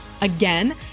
Again